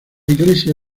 iglesia